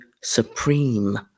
supreme